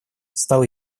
стало